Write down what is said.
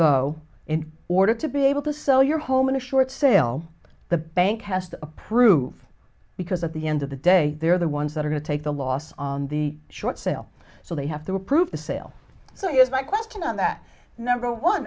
though in order to be able to sell your home in a short sale the bank has to approve because at the end of the day they're the ones that are going to take the loss on the short sale so they have to approve the sale so i guess my question on that number one